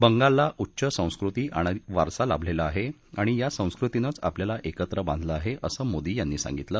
बंगालला उच्च संस्कृती आणि वारसा लाभलेला आहे आणि या संस्कृतीनं आपल्याला एकत्र बांधलं आहे असं मोदी यांनी सांगितलं